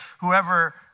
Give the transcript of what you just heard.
whoever